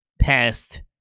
past